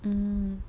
mmhmm